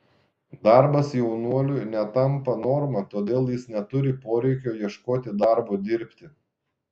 darbas jaunuoliui netampa norma todėl jis neturi poreikio ieškoti darbo dirbti